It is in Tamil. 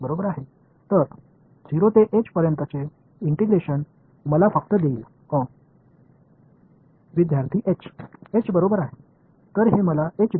மாணவர் h எனவே இது எனக்கு ஒரு h ஐ கொடுக்கும் இந்த ஒரு மாறிலி இது முதல் வெளிப்பாடு